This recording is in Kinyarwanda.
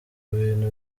bintu